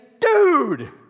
dude